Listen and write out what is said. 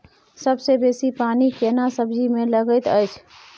सबसे बेसी पानी केना सब्जी मे लागैत अछि?